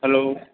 hello